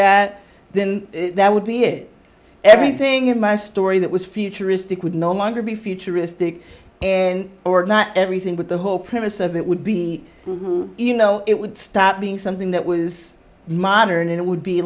that then that would be it everything in my story that was futuristic would no longer be futuristic and or not everything but the whole premise of it would be you know it would stop being something that was modern it would be